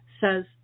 says